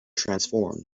transformed